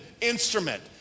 instrument